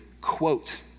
quote